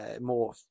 more